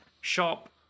shop